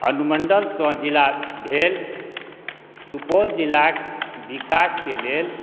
अनुमण्डलसँ जिला भेल सुपौल जिलाक विकासके लेल